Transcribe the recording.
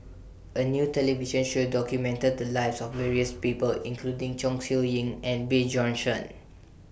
A New television Show documented The Lives of various People including Chong Siew Ying and Bjorn Shen